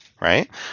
Right